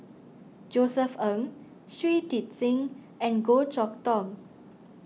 Josef Ng Shui Tit Sing and Goh Chok Tong